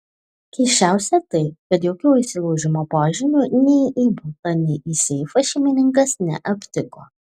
keisčiausia tai kad jokių įsilaužimo požymių nei į butą nei į seifą šeimininkas neaptiko